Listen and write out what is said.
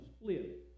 split